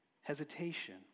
hesitation